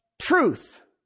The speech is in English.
truth